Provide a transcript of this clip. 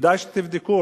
כדאי שתבדקו,